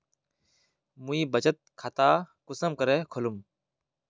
मुई बचत खता कुंसम करे खोलुम?